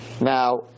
Now